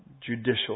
judicial